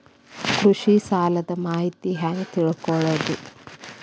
ಕೃಷಿ ಸಾಲದ ಮಾಹಿತಿ ಹೆಂಗ್ ತಿಳ್ಕೊಳ್ಳೋದು?